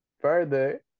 Further